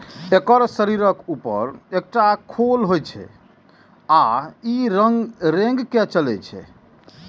एकर शरीरक ऊपर एकटा खोल होइ छै आ ई रेंग के चलै छै